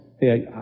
hey